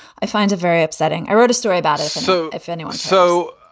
i find it very upsetting. i wrote a story about it. so if anyone so,